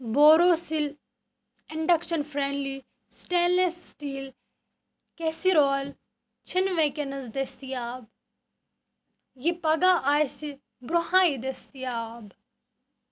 Borosil induction friendly stainless steel casserole چھِنہٕ وٕنکٮ۪نَس دٔستِیاب یہِ پگاہ آسہِ برٛونٛہٕے دٔستِیاب